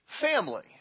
family